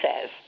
says